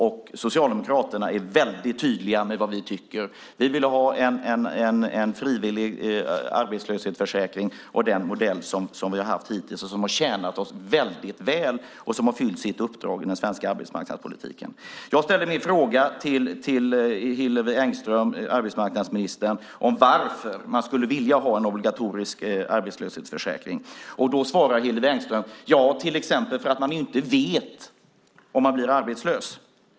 Vi socialdemokrater är väldigt tydliga med vad vi tycker. Vi vill ha en frivillig arbetslöshetsförsäkring av den modell som vi har haft hittills. Den har tjänat oss väldigt väl och fyllt sin uppgift i den svenska arbetsmarknadspolitiken. Jag ställde en fråga till arbetsmarknadsminister Hillevi Engström om varför man skulle vilja ha en obligatorisk arbetslöshetsförsäkring. Då svarar Hillevi Engström: Ja, till exempel för att man inte vet om man blir arbetslös.